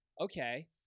okay